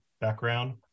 background